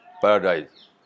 paradise